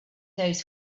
those